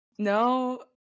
No